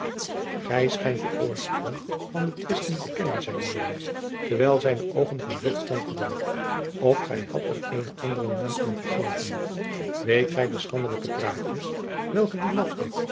gij schijnt den oorsprong van den twist niet te kennen zeide joan terwijl zijne oogen van drift vonkelden of gij hadt er eenen anderen naam aan gegeven weet gij de schandelijke praatjens welke die lafbek